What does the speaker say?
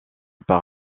par